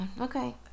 okay